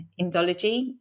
Indology